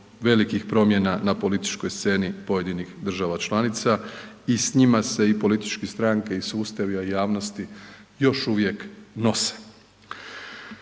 velikih promjena na političkoj sceni pojedinih država članica i s njima se i političke stranke i sustavi o javnosti još uvijek nose.